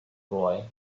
boy